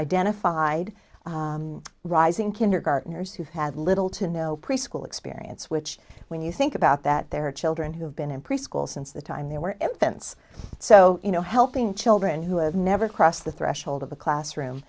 identified rising kindergarteners who had little to no preschool experience which when you think about that there are children who have been in preschool since the time they were evidence so you know helping children who have never crossed the threshold of the classroom